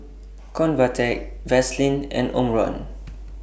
Convatec Vaselin and Omron